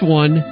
one